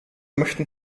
möchten